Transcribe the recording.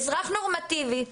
אזרח נורמטיבי,